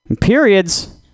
Periods